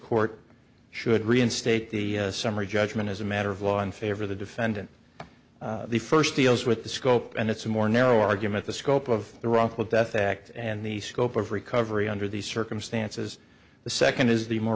court should reinstate the summary judgment as a matter of law in favor of the defendant the first deals with the scope and it's a more narrow argument the scope of the wrongful death act and the scope of recovery under these circumstances the second is the more